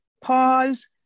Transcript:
Pause